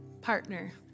partner